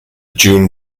june